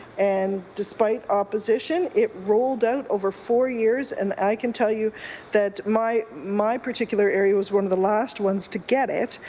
and despite opposition, it rolled out over four years. and i can tell you that my my particular area was one of the last ones to get it.